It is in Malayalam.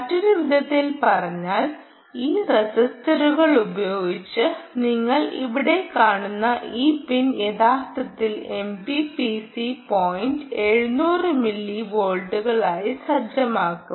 മറ്റൊരു വിധത്തിൽ പറഞ്ഞാൽ ഈ റെസിസ്റ്ററുകളുപയോഗിച്ച് നിങ്ങൾ ഇവിടെ കാണുന്ന ഈ പിൻ യഥാർത്ഥത്തിൽ എംപിപിസി പോയിന്റ് 700 മില്ലിവോൾട്ടുകളായി സജ്ജമാക്കും